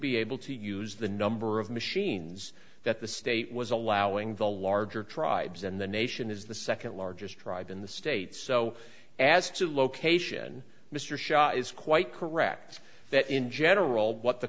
be able to use the number of machines that the state was allowing the larger tribes and the nation is the second largest tribe in the state so as to location mr shah is quite correct that in general what the